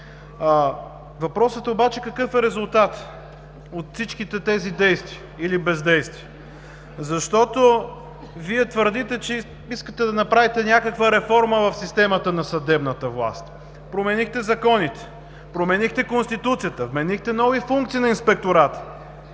Въпросът обаче е: какъв е резултатът от всичките тези действия или бездействия? Защото Вие твърдите, че искате да направите някаква реформа в системата на съдебната власт – променихте законите, променихте Конституцията, вменихте нови функции на Инспектората.